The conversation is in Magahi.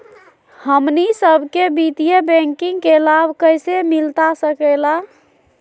हमनी सबके वित्तीय बैंकिंग के लाभ कैसे मिलता सके ला?